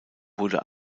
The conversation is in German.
wurde